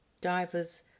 divers